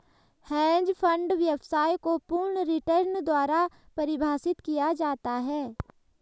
hedge fund व्यवसाय को पूर्ण रिटर्न द्वारा परिभाषित किया जाता है